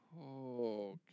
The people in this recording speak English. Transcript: okay